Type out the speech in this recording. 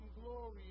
glory